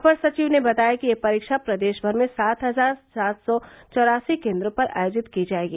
अपर सचिव ने बताया कि यह परीक्षा प्रदेश भर में सात हजार सात सौ चौरासी केन्द्रों पर आयोजित की जायेगी